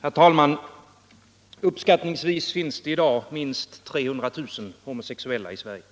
Herr talman! Uppskattningsvis finns det i dag minst 300 000 homosexuella i Sverige.